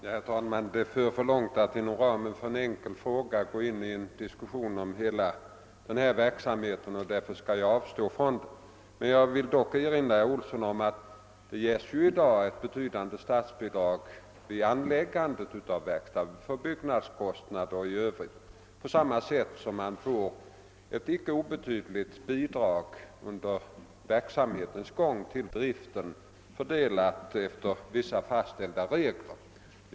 ' Herr talman! Det skulle föra alltför Iångt att inom ramen för en enkel fråga gå in i en diskussion om hela denna verksamhet, och därför skall jag avstå från det. Jag vill dock erinra herr Olsson i Edane om att det i dag ges ett betydande statsbidrag vid anläggandet av verkstad, både för byggnadskostnader och i övrigt, på samma sätt som det ges ett icke obetydligt bidrag under verksamhetens gång till driften, fördelat efter vissa fastställda regler.